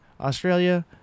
Australia